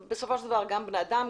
בסופו של דבר גם הם בני אדם,